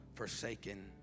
forsaken